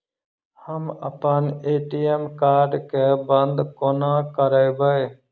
हम अप्पन ATM card केँ बंद कोना करेबै?